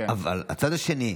אבל הצד השני,